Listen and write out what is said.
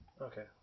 Okay